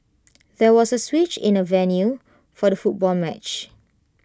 there was A switch in the venue for the football match